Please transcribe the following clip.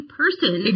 person